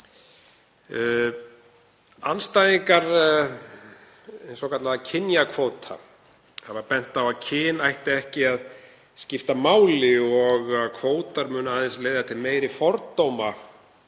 Andstæðingar hins svokallaða kynjakvóta hafa bent á að kyn ætti ekki að skipta máli og kvótar muni aðeins leiða til meiri fordóma